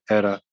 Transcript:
era